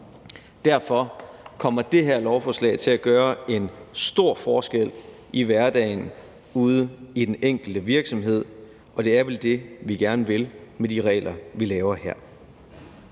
Derfor kommer det her lovforslag til at gøre en stor forskel i hverdagen ude i den enkelte virksomhed, og det er vel det, vi gerne vil med de regler, vi laver her.